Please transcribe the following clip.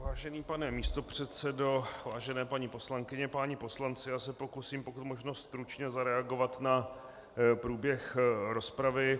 Vážený pane místopředsedo, vážené paní poslankyně, páni poslanci, pokusím se, pokud možno stručně zareagovat na průběh rozpravy.